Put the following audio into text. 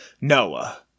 Noah